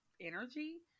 energy